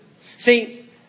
See